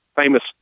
famous